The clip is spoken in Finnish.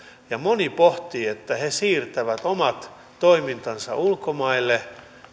moni pohtii että he siirtävät omat toimintansa ulkomaille